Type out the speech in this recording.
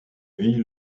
vit